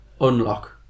unlock